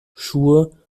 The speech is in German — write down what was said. schuhe